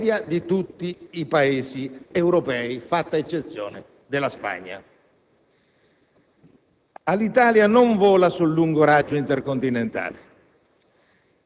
È vero che il traffico *business* ha un'incidenza da Milano del 14,6 per cento migliore di quella di Roma,